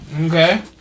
okay